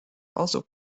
also